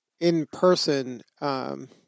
in-person